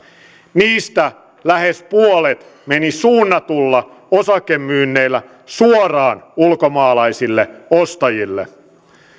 niistä lähes puolet meni suunnatuilla osakemyynneillä suoraan ulkomaalaisille ostajille